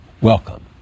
Welcome